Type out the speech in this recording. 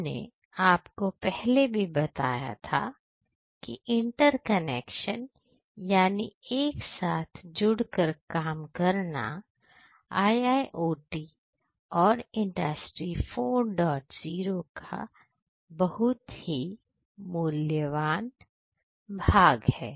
हमने आपको पहले भी बताया है कि इंटरकनेक्शन यानी एक साथ जुड़कर काम करना IIoT और इंडस्ट्री 40 का बहुत ही मूल्यवान भाग है